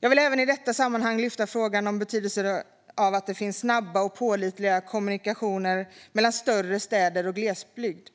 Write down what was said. Jag vill även i detta sammanhang lyfta upp betydelsen av att det finns snabba och pålitliga kommunikationer mellan större städer och glesbygd,